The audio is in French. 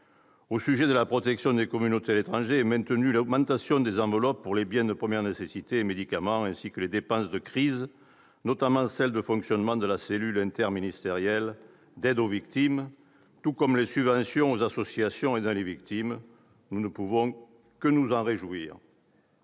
qui concerne la protection des communautés françaises à l'étranger, est maintenue l'augmentation des enveloppes pour les biens de première nécessité et médicaments ainsi que les dépenses de crise, notamment celles de fonctionnement de la cellule interministérielle d'aide aux victimes, la CIAV, tout comme les subventions aux associations aidant les victimes. Nous ne pouvons que nous en réjouir